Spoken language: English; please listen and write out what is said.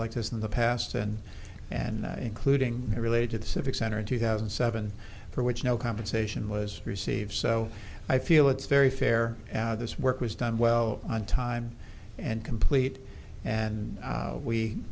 like this in the past and and including related civic center in two thousand and seven for which no compensation was received so i feel it's very fair and this work was done well on time and complete and